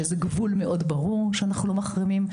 שזה גבול מאוד ברור שאנחנו לא מחמירים.